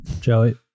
Joey